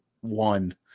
one